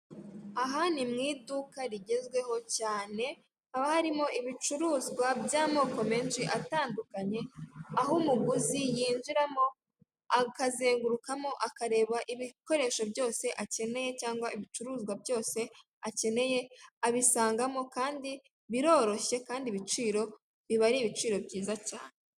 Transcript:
Aha ni mu iduka rigezweho cyane haba harimo ibicuruzwa by'amoko menshi atandukanye aho umuguzi yinjiramo akazengurukamo akareba ibikoresho byose akeneye cyangwa ibicuruzwa byose akeneye, abisangamo kandi biroroshye kandi ibiciro biba ari ibiciro byiza cyane.